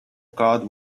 card